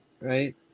right